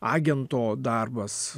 agento darbas